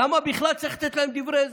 למה בכלל צריך לתת להם דברי הסבר?